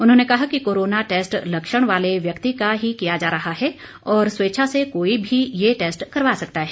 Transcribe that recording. उन्होंने कहा कि कोरोना टैस्ट लक्षण वाले व्यक्ति का ही किया जा रहा है और स्वेच्छा से कोई भी ये टैस्ट करवा सकता है